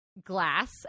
glass